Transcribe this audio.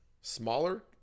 smaller